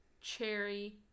cherry